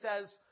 says